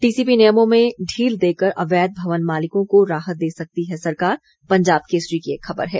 TCP नियमों में ढील देकर अवैध भवन मालिकों को राहत दे सकती है सरकार पंजाब केसरी की एक खबर है